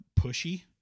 pushy